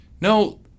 No